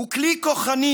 הוא כלי כוחני,